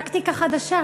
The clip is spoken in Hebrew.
טקטיקה חדשה,